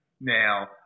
Now